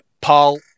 Paul